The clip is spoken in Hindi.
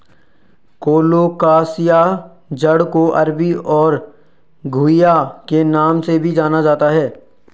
कोलोकासिआ जड़ को अरबी और घुइआ के नाम से भी जाना जाता है